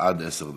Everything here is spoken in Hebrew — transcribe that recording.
עד עשר דקות.